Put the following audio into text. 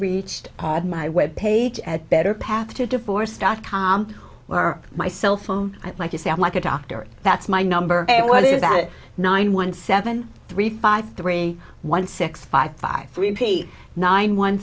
reached at my web page at better path to divorce dot com my cellphone i'd like to sound like a doctor that's my number and what is that nine one seven three five three one six five five three p nine one